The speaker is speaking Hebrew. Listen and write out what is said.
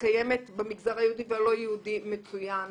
מתקיימת במגזר היהודי והלא יהודי מצוין.